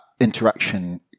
interaction